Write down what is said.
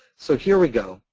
so here we go.